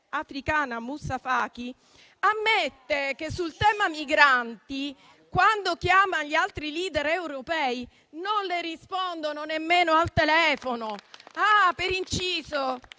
africana Moussa Faki, ammette che sul tema migranti, quando chiama gli altri *leader* europei, non le rispondono nemmeno al telefono.